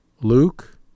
Luke